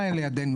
לידנו.